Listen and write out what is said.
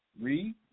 Read